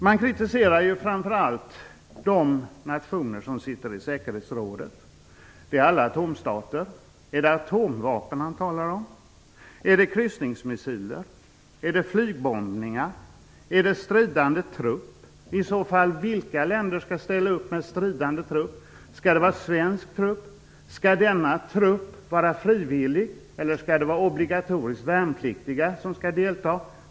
Han kritiserar framför allt de nationer som sitter i säkerhetsrådet. De är alla atomstater. Är det atomvapen, kryssningsmissiler, flygbombningar eller stridande trupper han talar om? I så fall undrar jag vilka länder som skall ställa upp med stridande trupper. Skall det vara en svensk trupp? Skall denna trupp vara frivillig, eller skall obligatoriskt värnpliktiga delta?